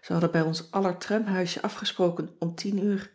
ze hadden bij ons aller tramhuisje afgesproken om tien uur